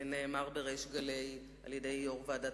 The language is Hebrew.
ונאמר בריש גלי על-ידי יושב-ראש ועדת